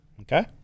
Okay